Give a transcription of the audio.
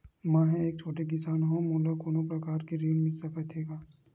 मै ह एक छोटे किसान हंव का मोला कोनो प्रकार के ऋण मिल सकत हे का?